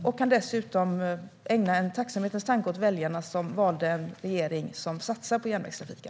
Han kan dessutom ägna en tacksamhetens tanke åt väljarna, som valde en regering som satsar på järnvägstrafiken.